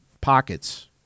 pockets